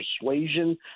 persuasion